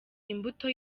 imbuto